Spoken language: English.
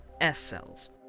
S-cells